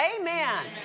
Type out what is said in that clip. Amen